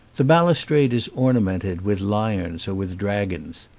the balustrade is ornamented with lions or with dragons.